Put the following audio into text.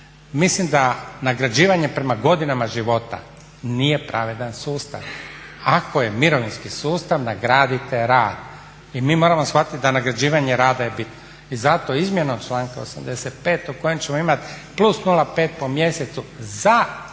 Mislim da nagrađivanje prema godinama života nije pravedan sustav. Ako je mirovinski sustav nagradite rad. I mi moramo shvatiti da nagrađivanje rada je bitno. I zato izmjenom članka 85.o kojem ćemo imati plus 0,5 po mjesecu za rad